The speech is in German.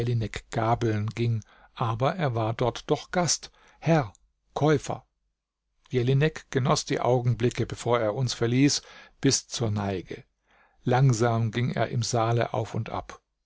jelinek gabeln ging aber er war dort doch gast herr käufer jelinek genoß die augenblicke bevor er uns verließ bis zur neige langsam ging er im saale auf und ab